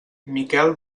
miquel